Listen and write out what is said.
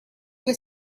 were